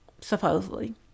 supposedly